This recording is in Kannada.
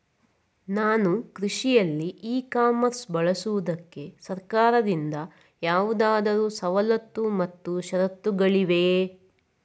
ನಾನು ಕೃಷಿಯಲ್ಲಿ ಇ ಕಾಮರ್ಸ್ ಬಳಸುವುದಕ್ಕೆ ಸರ್ಕಾರದಿಂದ ಯಾವುದಾದರು ಸವಲತ್ತು ಮತ್ತು ಷರತ್ತುಗಳಿವೆಯೇ?